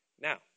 Now